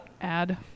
Add